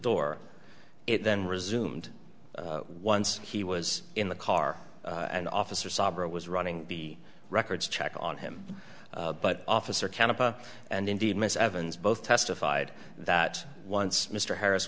door it then resumed once he was in the car and officer sabra was running the records check on him but officer canada and indeed miss evans both testified that once mr harris